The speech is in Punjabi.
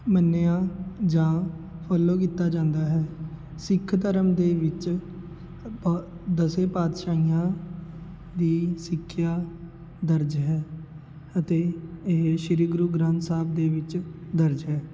ਮੰਨਿਆਂ ਜਾਂ ਫੋਲੋ ਕੀਤਾ ਜਾਂਦਾ ਹੈ ਸਿੱਖ ਧਰਮ ਦੇ ਵਿੱਚ ਦਸ ਪਾਤਸ਼ਾਹੀਆਂ ਦੀ ਸਿੱਖਿਆ ਦਰਜ ਹੈ ਅਤੇ ਇਹ ਸ਼੍ਰੀ ਗੁਰੂ ਗ੍ਰੰਥ ਸਾਹਿਬ ਦੇ ਵਿੱਚ ਦਰਜ ਹੈ